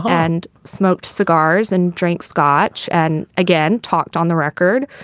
and smoked cigars and drank scotch and again talked on the record.